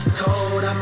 cold